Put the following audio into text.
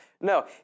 No